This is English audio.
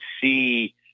see